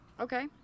Okay